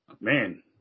Man